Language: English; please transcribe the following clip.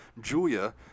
Julia